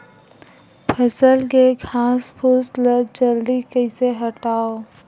फसल के घासफुस ल जल्दी कइसे हटाव?